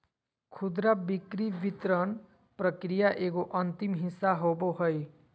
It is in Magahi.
खुदरा बिक्री वितरण प्रक्रिया के एगो अंतिम हिस्सा होबो हइ